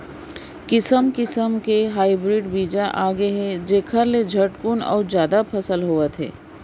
किसम किसम के हाइब्रिड बीजा आगे हे जेखर ले झटकुन अउ जादा फसल होवत हे